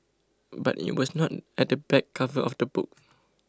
but it was not at the back cover of the book